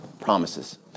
promises